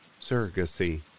Surrogacy